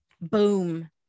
Boom